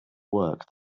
work